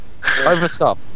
Overstop